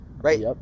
Right